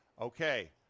okay